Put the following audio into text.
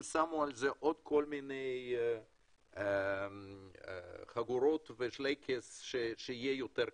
הם שמו על זה עוד כל מיני חגורות ושלייקס שיהיה יותר קשה.